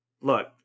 look